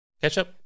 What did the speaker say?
Ketchup